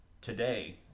today